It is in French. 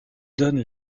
donne